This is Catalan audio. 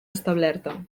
establerta